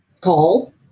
call